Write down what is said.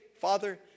Father